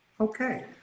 Okay